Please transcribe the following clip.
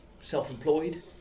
self-employed